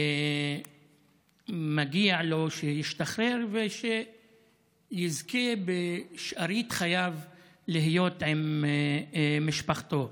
מגיע לו שישתחרר ושיזכה בשארית חייו להיות עם משפחתו.